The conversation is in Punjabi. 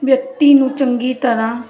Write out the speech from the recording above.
ਵਿਅਕਤੀ ਨੂੰ ਚੰਗੀ ਤਰ੍ਹਾਂ